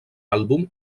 àlbum